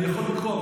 אני יכול לקרוא,